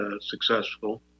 successful